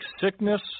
sickness